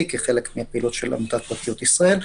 כחלק מהפעילות של עמותת פרטיות ישראל.